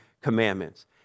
commandments